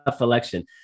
election